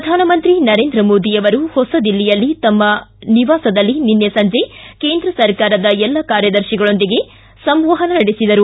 ಪ್ರಧಾನಮಂತ್ರಿ ನರೇಂದ್ರ ಮೋದಿ ಅವರು ಹೊಸದಿಲ್ಲಿಯಲ್ಲಿ ತಮ್ಮ ನಿವಾಸದಲ್ಲಿ ನಿನ್ನೆ ಕೇಂದ್ರ ಸರ್ಕಾರದ ಎಲ್ಲ ಕಾರ್ಯದರ್ಶಿಗಳೊಂದಿಗೆ ಸಂವಹನ ನಡೆಸಿದರು